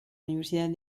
universidad